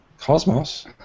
Cosmos